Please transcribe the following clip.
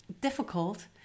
difficult